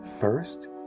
First